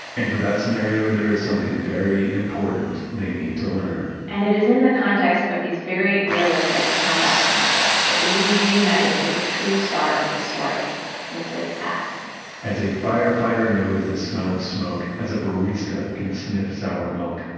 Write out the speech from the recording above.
and for that scenario there is something very important they need to learn. and it is in the context of these very realistic combat scenarios that we will be reunited with the true star of this story liquid ass a firefighter knows the smell of smoke as a barista can sniff sour milk.